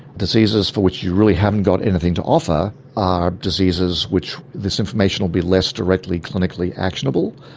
diseases for which you really haven't got anything to offer are diseases which this information will be less directly clinically actionable.